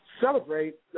Celebrate